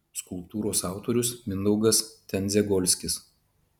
skulptūros autorius mindaugas tendziagolskis